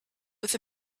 with